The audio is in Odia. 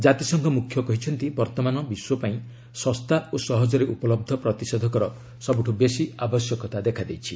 ଜାତିସଂଘ ମୁଖ୍ୟ କହିଛନ୍ତି ବର୍ଭମାନ ବିଶ୍ୱପାଇଁ ଶସ୍ତା ଓ ସହଜରେ ଉପଲହ ପ୍ରତିଷେଧକର ସବୁଠୁ ବେଶି ଆବଶ୍ୟକତା ଦେଖା ଦେଇଛି